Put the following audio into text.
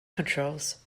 controls